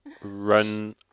run